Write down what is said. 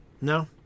No